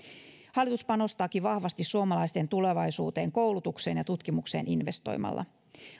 hallitus panostaakin vahvasti suomalaisten tulevaisuuteen investoimalla koulutukseen ja tutkimukseen